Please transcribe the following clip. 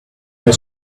your